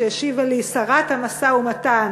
שהשיבה לי שרת המשא-ומתן,